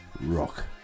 Rock